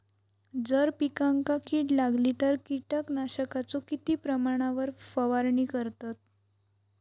जर पिकांका कीड लागली तर कीटकनाशकाचो किती प्रमाणावर फवारणी करतत?